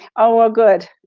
oh, well good.